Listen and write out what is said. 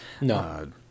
No